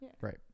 Right